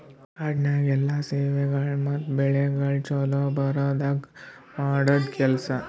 ಕಾಡನ್ಯಾಗ ಎಲ್ಲಾ ಸೇವೆಗೊಳ್ ಮತ್ತ ಬೆಳಿಗೊಳ್ ಛಲೋ ಬರದ್ಕ ಮಾಡದ್ ಕೆಲಸ